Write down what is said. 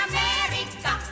America